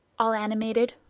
all animated,